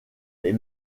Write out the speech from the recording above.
les